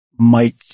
Mike